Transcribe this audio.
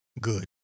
good